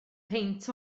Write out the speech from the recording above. peint